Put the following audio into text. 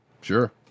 sure